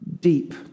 deep